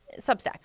substack